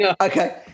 okay